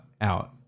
out